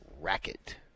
racket